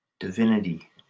Divinity